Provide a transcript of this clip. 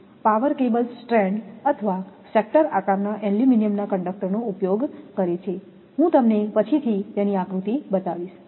power cables strand અથવા sector આકારના એલ્યુમિનિયમના કંડકટર નો ઉપયોગ કરે છે હું તમને પછીથી તેની આકૃતિ બતાવીશ